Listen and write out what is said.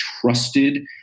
trusted